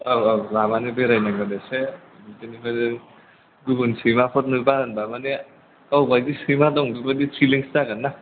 औ औ लानानै बेरायनांगौ एसे बिदिनो गुबुन सैमाफोर नुबा होनबा माने गावबादि सैमा दं बिबादि फिलिंस जागोना